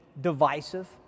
divisive